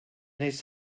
his